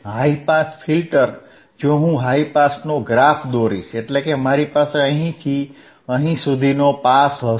high pass filter જો હું high પાસનો ગ્રાફ દોરીશ એટલે કે મારી પાસે અહીંથી અહીં સુધીનો પાસ હશે